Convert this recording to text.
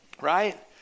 right